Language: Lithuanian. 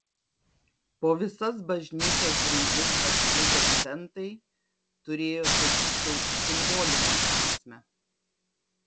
po visas bažnyčios grindis pasklidę centai turėjo sakyčiau simbolinę prasmę